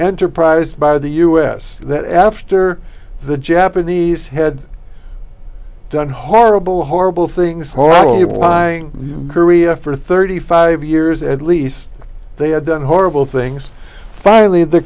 enterprise by the u s that after the japanese had done horrible horrible things horrible why korea for thirty five years at least they have done horrible things finally the